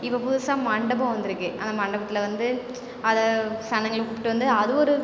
இப்போ புதுசாக மண்டபம் வந்துருக்கு அந்த மண்டபத்தில் வந்து அதில் சனங்கள கூப்பிட்டு வந்து அது ஒரு